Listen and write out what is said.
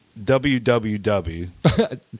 WWW